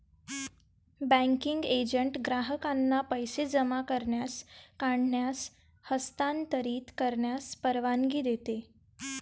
banking agent ग्राहकांना पैसे जमा करण्यास, काढण्यास, हस्तांतरित करण्यास परवानगी देतो